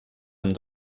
amb